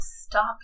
stop